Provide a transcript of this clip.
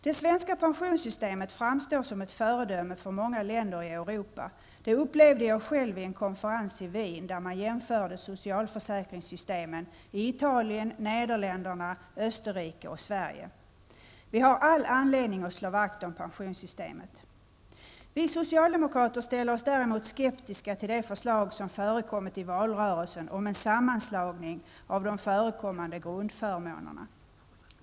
Det svenska pensionssystemet framstår som ett föredöme för många länder i Europa. Det upplevde jag själv i en konferens i Wien, där man jämförde socialförsäkringssystemen i Italien, Nederländerna, Österrike och Sverige. Vi har all anledning att slå vakt om pensionssystemet. Vi socialdemokrater ställer oss däremot skeptiska till det förslag som förekommit i valrörelsen om en sammanslagning av de förekommande grundförmånerna.